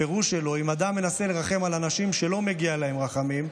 הפירוש שלו: אם אדם מנסה לרחם על אנשים שלא מגיעים להם רחמים,